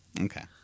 Okay